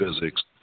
physics